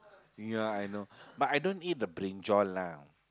ya I know but I don't eat the brinjal lah